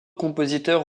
compositeurs